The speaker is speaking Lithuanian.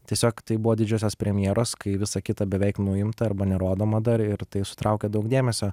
tiesiog tai buvo didžiosios premjeros kai visa kita beveik nuimta arba nerodoma dar ir tai sutraukė daug dėmesio